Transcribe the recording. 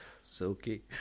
Silky